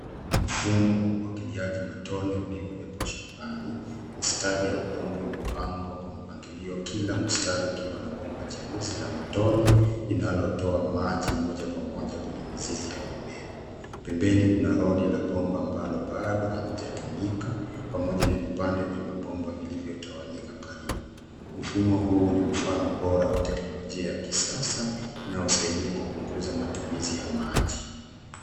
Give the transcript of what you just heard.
Mfumo wa umwagiliaji matone ulio wekwa shambani. Mistari ya udongo imepangwa kwa mpangilio kila mistari ukiwa na bomba jeusi la matone inalotoa maji moja kwa moja kwenye mzizi ya mimea. Pembeni pana rodi la bomba ambalo baado halijatumika pamoja na vipande vya bomba vilivyo tawanyika karimu. Mfumo huu ni mfano bora wa teknolojia ya kisasa inayosaidia kupunguza matumizi ya maji.